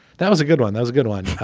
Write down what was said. that was a good one. that's a good one.